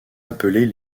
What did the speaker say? appelés